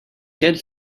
get